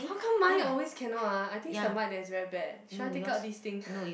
how come mine always cannot ah I think it's the mic that's very bad should I take out this thing